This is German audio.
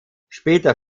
später